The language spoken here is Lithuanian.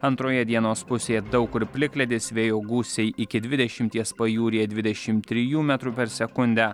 antroje dienos pusėje daug kur plikledis vėjo gūsiai iki dvidešimties pajūryje dvidešimt trijų metrų per sekundę